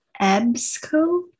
EBSCO